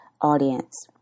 audience